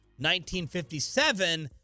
1957